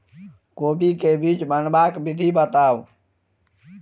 कोबी केँ बीज बनेबाक विधि बताऊ?